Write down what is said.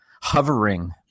hovering